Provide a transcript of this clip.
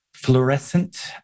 fluorescent